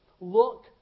Look